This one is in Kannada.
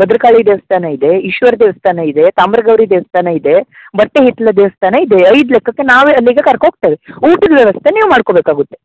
ಭದ್ರ ಕಾಳಿ ದೇವಸ್ಥಾನ ಇದೆ ಈಶ್ವರ ದೇವಸ್ಥಾನ ಇದೆ ತಾಮ್ರ ಗೌರಿ ದೇವಸ್ಥಾನ ಇದೆ ಬಟ್ಟೆ ಹಿತ್ತಲ ದೇವಸ್ಥಾನ ಇದೆ ಐದು ಲೆಕ್ಕಕೆ ನಾವೆ ಅಲ್ಲಿ ಕರಕೋ ಹೋಗ್ತೇವೆ ಊಟದ ವ್ಯವಸ್ಥೆ ನೀವು ಮಾಡ್ಕೋಬೇಕಾಗುತ್ತೆ